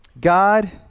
God